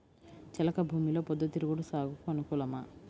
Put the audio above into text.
చెలక భూమిలో పొద్దు తిరుగుడు సాగుకు అనుకూలమా?